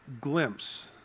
glimpse